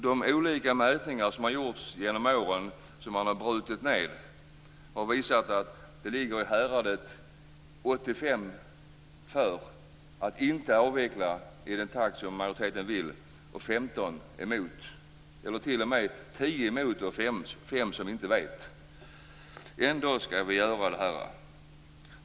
De olika mätningar som har gjorts genom åren har visat att det ligger i häradet 85 för att inte avveckla i den takt som majoriteten vill, och 15 emot; eller t.o.m. 10 emot och 5 som inte vet. Ändå skall vi göra detta.